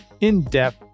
in-depth